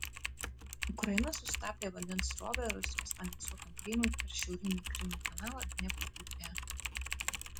ukraina sustabdė vandens srovę rusijos aneksuotam krymui per šiaurinį krymo kanalą dniepro upėje